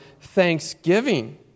thanksgiving